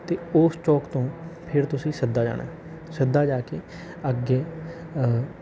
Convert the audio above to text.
ਅਤੇ ਉਸ ਚੌਂਕ ਤੋਂ ਫਿਰ ਤੁਸੀਂ ਸਿੱਧਾ ਜਾਣਾ ਸਿੱਧਾ ਜਾ ਕੇ ਅੱਗੇ